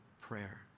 prayer